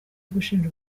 gushinja